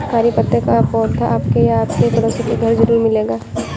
करी पत्ता का पौधा आपके या आपके पड़ोसी के घर ज़रूर मिलेगा